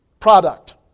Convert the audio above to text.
Product